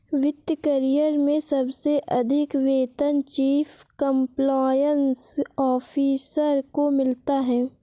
वित्त करियर में सबसे अधिक वेतन चीफ कंप्लायंस ऑफिसर को मिलता है